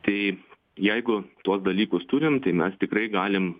tai jeigu tuos dalykus turim tai mes tikrai galim